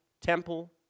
temple